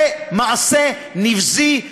זה מעשה נבזי,